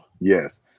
Yes